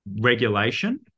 regulation